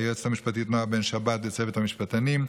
היועצת המשפטית נועה בן שבת וצוות המשפטנים,